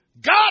God